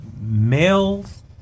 males